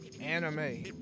anime